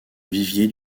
vivier